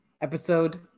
episode